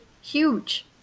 huge